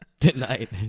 tonight